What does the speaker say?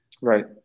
Right